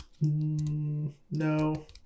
No